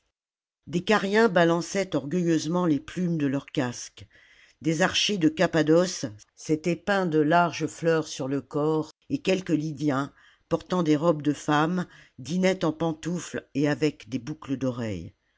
des cariens balançaient orgueilleusement les plumes de leurs casques des archers de cappadoce s'étaient peint de larges fleurs sur le corps et quelques lydiens portant des robes de femme dînaient en pantoufles et avec des boucles d'oreilles